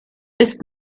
ist